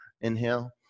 Inhale